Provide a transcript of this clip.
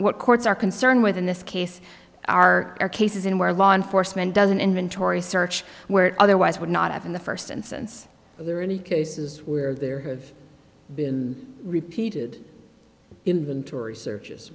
what courts are concerned with in this case are are cases in where law enforcement does an inventory search where it otherwise would not have in the first instance there are any cases where there has been repeated inventory searches